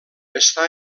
està